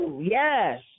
yes